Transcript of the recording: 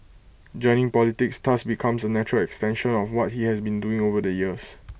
joining politics thus becomes A natural extension of what he has been doing over the years